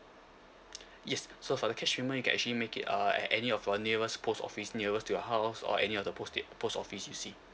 yes so for the cash payment you can actually make it uh at any of our nearest post office nearest to your house or any of the post that post office you see